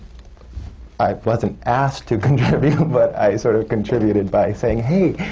i wasn't asked to contribute! but i sort of contributed by saying, hey,